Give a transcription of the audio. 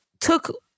took